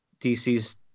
DC's